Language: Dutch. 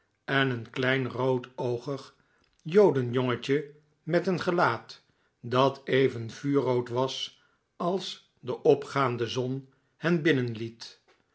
en een klein roodoogig ooa m cm im o jodenjongetje met een gelaat dat even vuurrood was als de opgaande zon hen